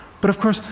but of course,